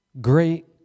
great